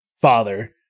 father